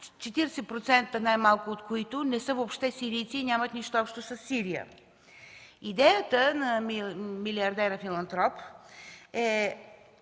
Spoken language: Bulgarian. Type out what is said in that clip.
– най-малко 40% от които не са сирийци и нямат нищо общо със Сирия. Идеята на милиардера филантроп е